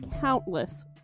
countless